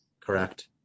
Correct